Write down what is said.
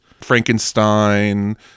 Frankenstein